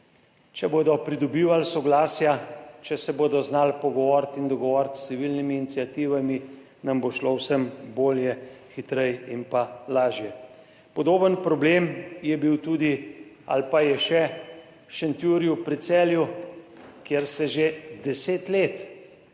če bodo pridobivali soglasja, če se bodo znali pogovoriti in dogovoriti s civilnimi iniciativami, nam bo šlo vsem bolje, hitreje in lažje. Podoben problem je bil tudi ali pa je še v Šentjurju pri Celju, kjer se že 10 let